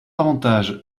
avantage